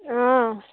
অঁ